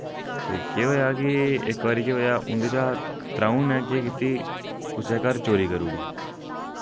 ते केह् होएआ कि इक बारी केह् होएआ उं'दे चा त्र'ऊं नै केह् कीती कुसै दे घर चोरी करी ओड़ी